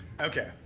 Okay